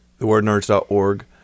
Thewordnerds.org